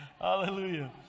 hallelujah